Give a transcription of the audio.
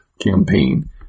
campaign